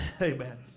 Amen